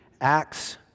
Acts